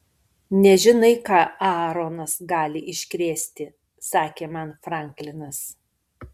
nežinai ką aaronas gali iškrėsti sakė man franklinas